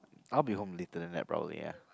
I'll be home later like probably yeah